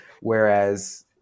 Whereas